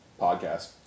podcast